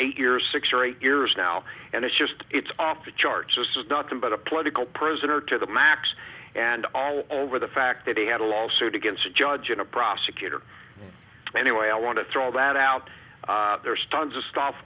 eight years six or eight years now and it's just it's off the charts this is nothing but a political prisoner to the max and all over the fact that he had a lawsuit against a judge and a prosecutor anyway i want to throw all that out there's tons of stuff